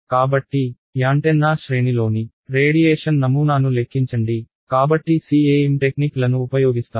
కాబట్టి యాంటెన్నా శ్రేణిలోని రేడియేషన్ నమూనాను లెక్కించండి కాబట్టి CEM టెక్నిక్లను ఉపయోగిస్తాము